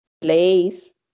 place